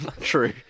True